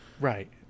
Right